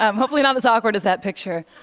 um hopefully not as awkward as that picture.